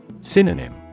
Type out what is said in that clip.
Synonym